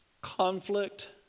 conflict